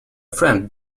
friend